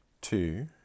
two